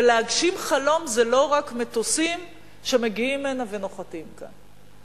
ולהגשים חלום זה לא רק מטוסים שמגיעים הנה ונוחתים כאן.